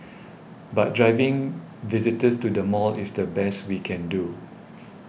but driving visitors to the mall is the best we can do